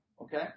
okay